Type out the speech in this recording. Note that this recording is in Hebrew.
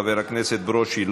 חבר הכנסת ברושי,